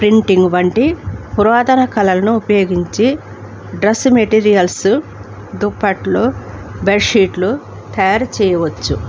printing వంటి పురాతన కళలను ఉపయోగించి డ్రెస్ మెటీరియల్స్ దుప్పట్లు బెడ్షీట్లు తయారు చేయవచ్చు